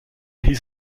hieß